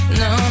no